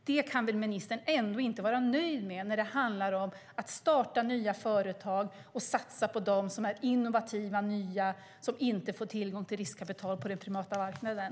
Det kan väl ministern ändå inte vara nöjd med när det handlar om att starta nya företag och satsa på dem som är innovativa och som inte får tillgång till riskkapital på den privata marknaden?